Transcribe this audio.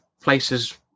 places